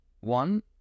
one